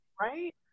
Right